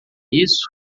isso